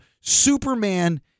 Superman